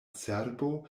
cerbo